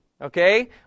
Okay